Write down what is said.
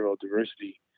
diversity